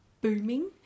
booming